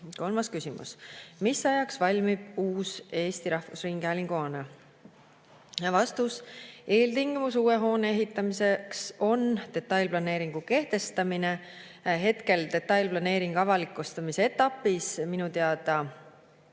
Kolmas küsimus: "Mis ajaks valmib uus Eesti Rahvusringhäälingu hoone?" Vastus. Eeltingimus uue hoone ehitamiseks on detailplaneeringu kehtestamine. Hetkel on detailplaneering avalikustamise etapis. Minu teada